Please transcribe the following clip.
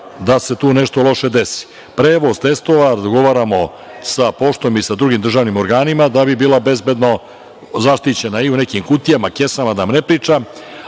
da se tu nešto loše desi. Prevoz testova dogovaramo sa poštom i sa drugim državnim organima da bi bila bezbedno zaštićena i u nekim kutijama, kesama, da vam ne pričam,